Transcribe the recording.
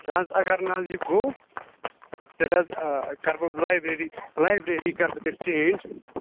نہ حظ اگر نہ حظ یہِ گوٚو تیٚلہِ حظ کَرٕ بہٕ لایبرٔری لایبرٔری کَرٕ بہٕ تیٚلہِ چینج